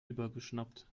übergeschnappt